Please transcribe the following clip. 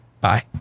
Bye